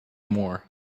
more